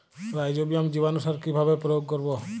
Rhizobium জীবানুসার কিভাবে প্রয়োগ করব?